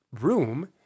room